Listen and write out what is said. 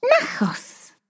Nachos